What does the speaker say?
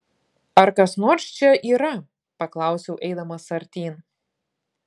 ar kas nors čia yra paklausiau eidamas artyn